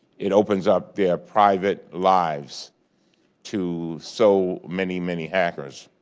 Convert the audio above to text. it opens up their private lives to so many, many hackers.